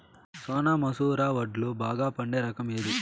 సోనా మసూర వడ్లు బాగా పండే రకం ఏది